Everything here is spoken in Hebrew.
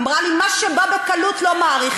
אמרה לי, מה שבא בקלות לא מעריכים.